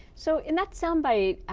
so, in that sound bite,